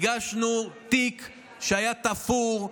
הגשנו תיק שהיה תפור,